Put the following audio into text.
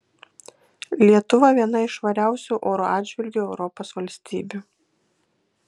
lietuva viena iš švariausių oro atžvilgiu europos valstybių